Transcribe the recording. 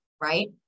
right